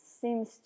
seems